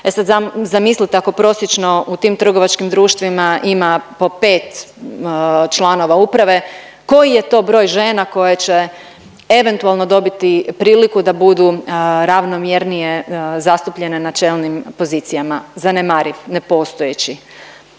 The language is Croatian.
E sad zamislite ako prosječno u tim trgovačkim društvima ima po 5 članova uprave koji je to broj žena koje će eventualno dobiti priliku da budu ravnomjernije zastupljene na čelnim pozicijama. Zanemariv, nepostojeći.